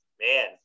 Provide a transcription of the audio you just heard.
man